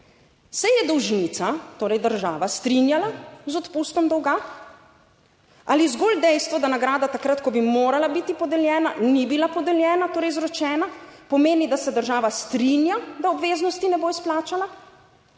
Se je dolžnica, torej država, strinjala z odpustom dolga ali zgolj dejstvo, da nagrada takrat, ko bi morala biti podeljena, ni bila podeljena, torej izročena, pomeni, da se država strinja, da obveznosti ne bo izplačala?